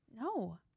No